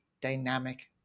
dynamic